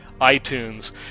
iTunes